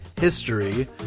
history